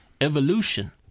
evolution